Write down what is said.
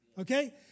okay